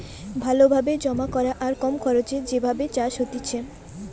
ভালো ভাবে জমা করা আর কম খরচে যে ভাবে চাষ হতিছে